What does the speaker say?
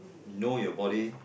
know your body